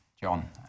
John